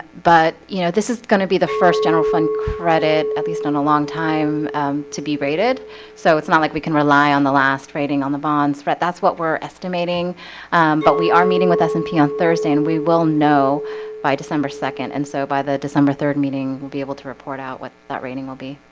but you know this is going to be the first general fund credit at least in a long time to be rated so it's not like we can rely on the last rating on the bonds, right? that's what we're estimating but we are meeting with us and p on thursday, and we will know by december second and so by the december third meeting we'll be able to report out what that rating will be.